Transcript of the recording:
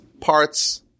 parts